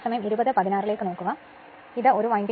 ഇത് ഒരു വൈൻഡിങ് ആണ്